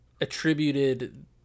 attributed